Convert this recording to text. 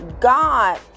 God